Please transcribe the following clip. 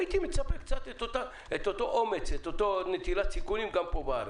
הייתי מצפה קצת לאותו אומץ ולאותה נטילת סיכונים גם פה בארץ.